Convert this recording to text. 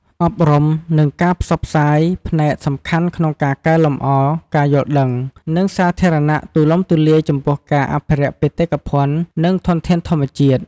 អប់រំ និងការផ្សព្វផ្សាយ ផ្នែកសំខាន់ក្នុងការកែលម្អការយល់ដឹង និងសាធារណៈទូលំទូលាយចំពោះការអភិរក្សបេតិកភណ្ឌ និងធនធានធម្មជាតិ។